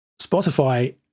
Spotify